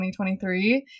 2023